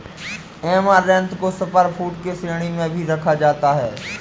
amaranth को super food की श्रेणी में भी रखा जाता है